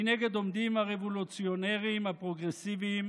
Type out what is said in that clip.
מנגד עומדים הרבולוציונרים הפרוגרסיביים